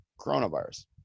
coronavirus